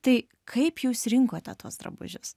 tai kaip jūs rinkote tuos drabužius